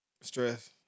Stress